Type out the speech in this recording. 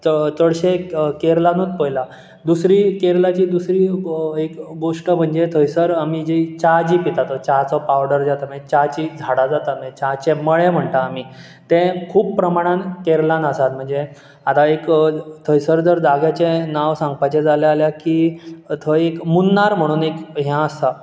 च चडशें क केरलानूच पयलां दुसरी केरलाची दुसरी एक गोश्ट म्हणजे थंयसर आमी जी च्या जी पितात तो च्याचो पावडर जाता मागी च्याचीं झाडां जाता मागी च्याचे मळे म्हणटा आमी ते खूब प्रमाणांत केरलांत आसात म्हणजे आतां एक थंयसर जर जाग्याचें नांव सांगपाचें जालें आल्या की थंय एक मुन्नार म्हुणून एक हें आसा